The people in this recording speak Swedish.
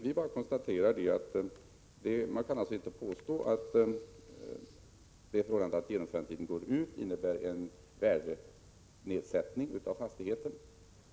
Vi konstaterar att man inte kan påstå att det förhållandet att genomförandetiden går ut innebär en värdenedsättning för fastigheten.